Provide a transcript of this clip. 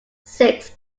six